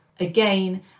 Again